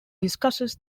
discusses